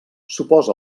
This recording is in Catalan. suposa